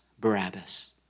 Barabbas